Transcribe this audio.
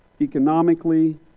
economically